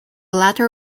latter